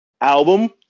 album